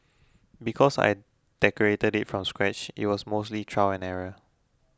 because I decorated it from scratch it was mostly trial and error